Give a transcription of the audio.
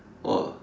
!wah!